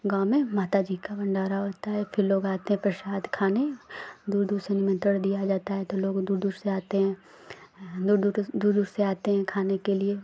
गाँव में माता जी का भण्डारा होता है फिर लोग आते हैं प्रसाद खाने दूर दूर से निमन्त्रण दिया जाता है तो लोग दूर दूर से आते हैं दूर दूर दूर दूर से आते हैं खाने के लिए